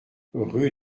rue